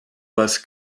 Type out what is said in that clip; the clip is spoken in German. was